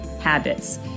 habits